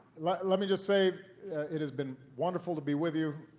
let let me just say it has been wonderful to be with you.